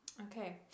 Okay